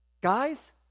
Guys